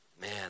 man